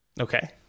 Okay